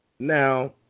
Now